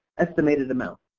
estimated amount.